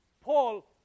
Paul